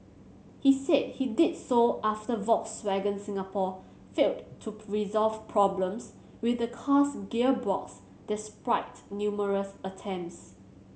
he said he did so after Volkswagen Singapore failed to resolve problems with the car's gearbox despite numerous attempts